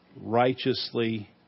righteously